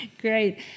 Great